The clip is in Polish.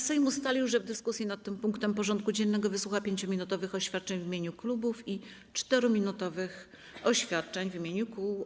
Sejm ustalił, że w dyskusji nad tym punktem porządku dziennego wysłucha 5-minutowych oświadczeń w imieniu klubów i 4-minutowych oświadczeń w imieniu kół.